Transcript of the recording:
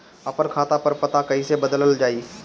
आपन खाता पर पता कईसे बदलल जाई?